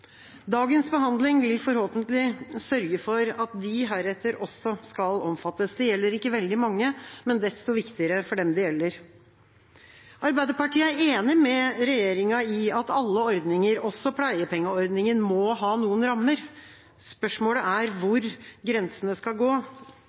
Dagens behandling vil forhåpentlig sørge for at de heretter også skal omfattes. Det gjelder ikke veldig mange, men er desto viktigere for dem det gjelder. Arbeiderpartiet er enig med regjeringa i at alle ordninger, også pleiepengeordningen, må ha noen rammer. Spørsmålet er